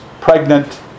pregnant